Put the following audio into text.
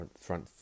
front